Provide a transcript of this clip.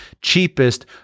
cheapest